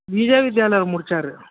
வித்யாவில் முடித்தாரு